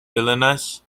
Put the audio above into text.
vilnius